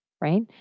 right